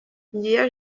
ngiyo